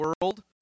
world